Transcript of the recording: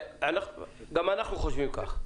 גם אנחנו חושבים כך.